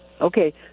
Okay